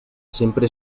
sempre